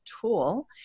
tool